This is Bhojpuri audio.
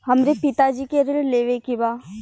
हमरे पिता जी के ऋण लेवे के बा?